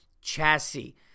chassis